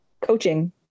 coaching